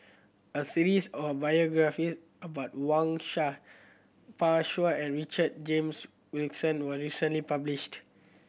a series of biography about Wang Sha Pan Shou and Richard James Wilkinson was recently published